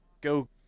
go